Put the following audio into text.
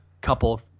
couple